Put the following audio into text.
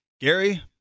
Gary